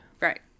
Right